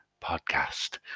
Podcast